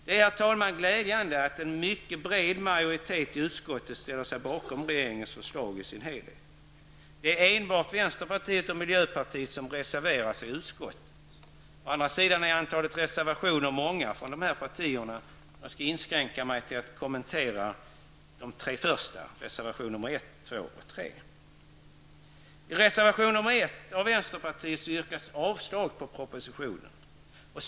Det är, herr talman, glädjande att en mycket bred majoritet av utskottet ställer sig bakom regeringens förslag i dess helhet. Det är enbart vänsterpartiet och miljöpartiet som reserverar sig. Å andra sidan är antalet reservationer från dessa partier många. Jag skall här inskränka mig till att kommentera de tre första, reservationerna 1, 2 och 3. I reservation nr 1 av vänsterpartiet yrkas avslag på propositionen.